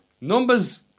Numbers